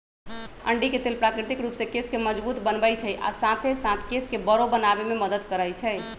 अंडी के तेल प्राकृतिक रूप से केश के मजबूत बनबई छई आ साथे साथ केश के बरो बनावे में मदद करई छई